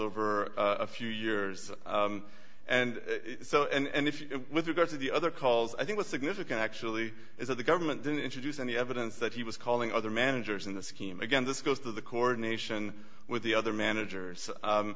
over a few years and so and if with regard to the other calls i think what's significant actually is that the government didn't introduce any evidence that he was calling other managers in the scheme again this goes to the coordination with the other managers